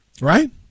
Right